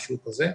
משהו כזה.